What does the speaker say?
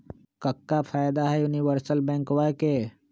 क्का फायदा हई यूनिवर्सल बैंकवा के?